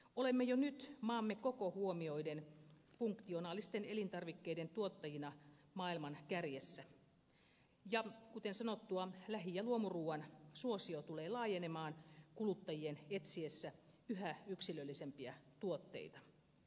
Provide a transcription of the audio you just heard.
olemme jo nyt maamme koko huomioiden funktionaalisten elintarvikkeiden tuottajina maailman kärjessä ja kuten sanottua lähi ja luomuruuan suosio tulee laajenemaan kuluttajien etsiessä yhä yksilöllisempiä tuotteita